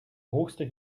hoogste